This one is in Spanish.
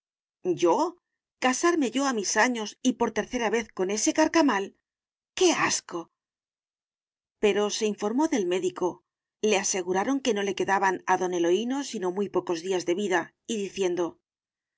yo casarme yo a mis años y por tercera vez con ese carcamal qué asco pero se informó del médico le aseguraron que no le quedaban a don eloíno sino muy pocos días de vida y diciendo